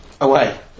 Away